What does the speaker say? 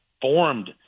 formed